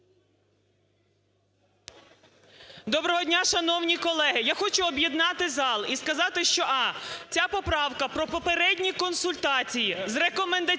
Доброго дня, шановні колеги! Я хочу об'єднати зал і сказати, що: а) ця поправка про попередні консультації з рекомендаційним